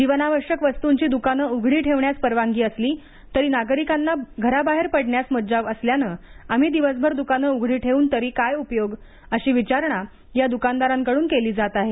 जीवनावश्यक वस्तूंची दुकानं उघडी ठेवण्यास परवानगी असली तरी नागरिकांना घराबाहेर पडण्यास मज्जाव असल्यानं आम्ही दिवसभर दुकाने उघडी ठेवून तरी काय उपयोग अशी विचारणा या दुकानदारांकडून केली जात आहे